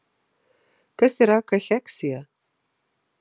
kas yra kacheksija